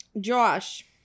Josh